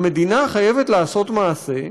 המדינה חייבת לעשות מעשה ולהגן,